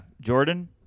Jordan